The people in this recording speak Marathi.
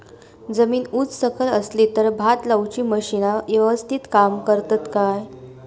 जमीन उच सकल असली तर भात लाऊची मशीना यवस्तीत काम करतत काय?